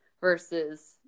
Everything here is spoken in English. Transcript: versus